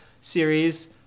series